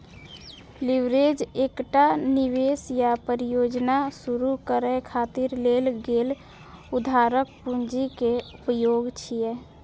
leverage एकटा निवेश या परियोजना शुरू करै खातिर लेल गेल उधारक पूंजी के उपयोग छियै